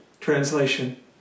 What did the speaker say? Translation